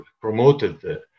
promoted